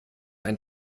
ein